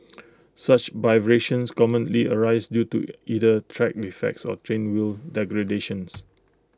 such vibrations commonly arise due to either track defects or train wheel degradations